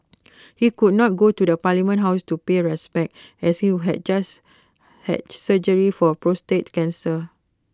he could not go to the parliament house to pay respects as he would had just had surgery for prostate cancer